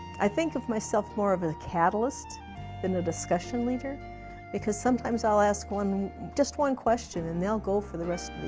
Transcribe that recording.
i think of myself more of a catalyst than a discussion leader because sometimes i'll ask just one question and they'll go for the rest